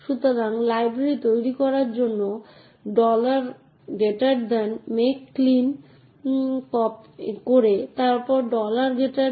সুতরাং অ্যাপ্লিকেশান বা মিডলওয়্যারে প্রদত্ত অ্যাকসেস কন্ট্রোল মেকানিজমগুলি অনেক বেশি প্রবণ লুফোলের জন্য এবং এক্সপ্লইট করা যেতে পারে